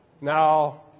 Now